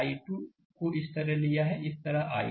i2 को इस तरह लिया है इस तरह i2